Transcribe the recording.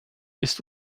ist